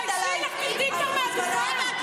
תרדי כבר מהדוכן.